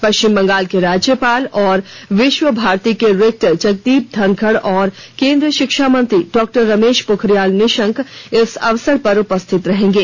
पश्चिम बंगाल के राज्यपाल और विश्वभारती के रेक्टर जगदीप धनखड़ और केंद्रीय शिक्षा मंत्री डॉ रमेश पोखरियाल निशंक इस अवसर पर उपस्थित रहेंगे